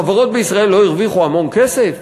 החברות בישראל לא הרוויחו המון כסף?